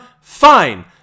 fine